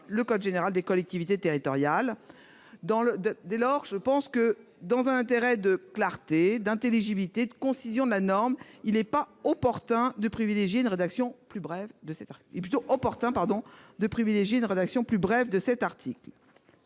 le code général des collectivités territoriales. Dès lors, afin de renforcer la clarté, l'intelligibilité et la concision de la norme, il paraît opportun de privilégier une rédaction plus brève de cet article.